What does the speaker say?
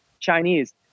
Chinese